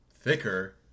thicker